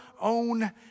own